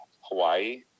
Hawaii